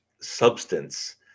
substance